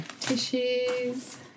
Tissues